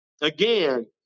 again